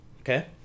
Okay